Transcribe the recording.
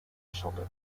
shoulder